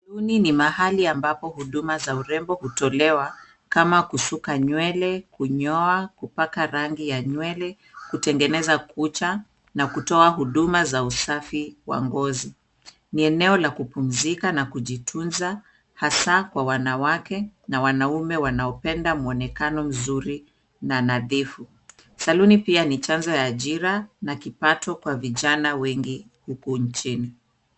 Saluni ni mahali ambapo huduma za urembo hutolewa kama kusuka nywele, kunyoa, kupaka rangi ya nywele, kutengeneza kucha na kutoa huduma za usafi wa ngozi. Ni eneo la kupumzika na kujitunza hasa kwa wanawake na wanaume wanaopenda mwonekano mzuri na nadhifu. Saluni pia ni chanzo ya ajira na kipato kwa vijana wengi huku nchini.